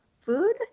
food